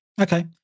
Okay